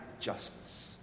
justice